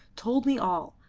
told me all,